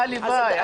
הלוואי.